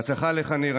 בהצלחה לך, ניר.